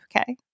Okay